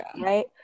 Right